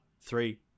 three